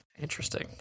Interesting